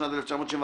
התשנ"ד 1994,